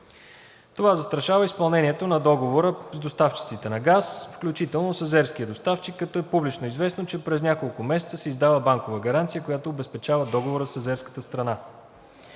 Това застрашава изпълнението на Договора с доставчиците на газ, включително с азерския доставчик, като е публично известно, че през няколко месеца се издава банкова гаранция, която обезпечава Договора с азерската страна.